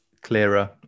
clearer